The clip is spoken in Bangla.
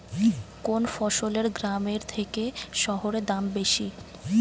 কোন ফসলের গ্রামের থেকে শহরে দাম বেশি?